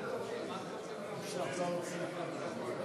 זמן בלתי